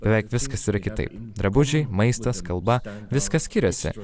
beveik viskas yra kitaip drabužiai maistas kalba viskas skiriasi